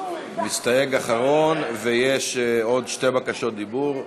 מסתייג אחרון, ויש עוד שתי בקשות דיבור,